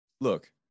Look